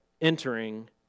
entering